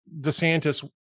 DeSantis